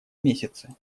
месяце